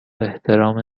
احترام